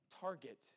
target